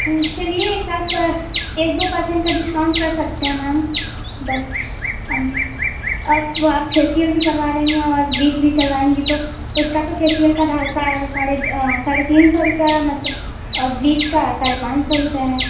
सुनिए एकाध एक दो परसेंट का डिस्काउंट कर सकते हैं मैम बट अप आप फेसियल भी करवा रहीं हैं और ब्लीच भी करवाएँगी तो उसका तो फेसियल का ढाई सौ साढ़े साढ़े तीन सौ रुपया मस ब्लीच का है साढ़े पान सौ रुपये है